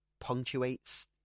punctuates